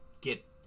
get